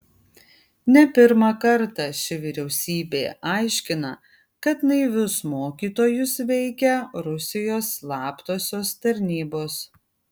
ne pirmą kartą ši vyriausybė aiškina kad naivius mokytojus veikia rusijos slaptosios tarnybos